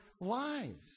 lives